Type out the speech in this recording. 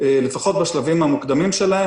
לפחות בשלבים המוקדמים שלהם,